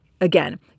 Again